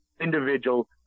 individual